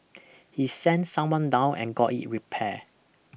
he sent someone down and got it repaired